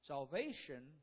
Salvation